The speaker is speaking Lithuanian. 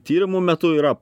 tyrimų metu yra